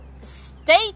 state